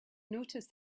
noticed